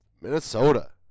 Minnesota